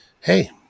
hey